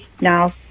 now